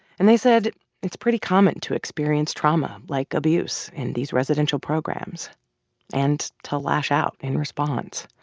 and they said it's pretty common to experience trauma like abuse in these residential programs and to lash out in response